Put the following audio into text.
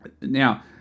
Now